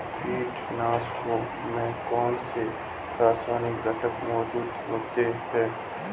कीटनाशकों में कौनसे रासायनिक घटक मौजूद होते हैं?